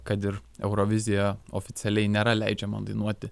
kad ir eurovizija oficialiai nėra leidžiama dainuoti